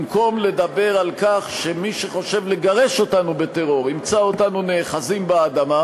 במקום לדבר על כך שמי שחושב לגרש אותנו בטרור ימצא אותנו נאחזים באדמה,